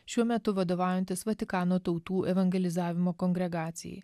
šiuo metu vadovaujantis vatikano tautų evangelizavimo kongregacijai